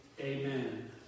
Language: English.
Amen